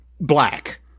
Black